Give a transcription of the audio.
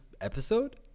episode